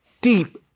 deep